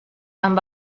amb